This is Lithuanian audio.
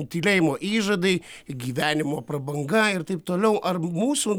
tylėjimo įžadai gyvenimo prabanga ir taip toliau ar mūsų